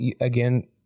again